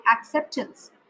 acceptance